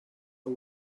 are